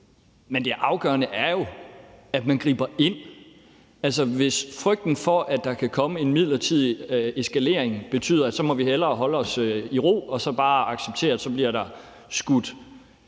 Men det afgørende er jo, at man griber ind. Altså, hvis frygten for, at der kan komme en midlertidig eskalering, betyder, at vi så hellere må holde os i ro og bare acceptere, at der så bliver skudt